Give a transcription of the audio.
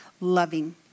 loving